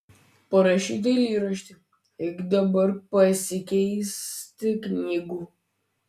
parašei dailyraštį eik dabar pasikeisti knygų